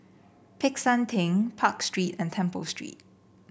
Peck San Theng Park Street and Temple Street